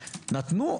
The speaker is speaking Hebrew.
זה לא נכון עליית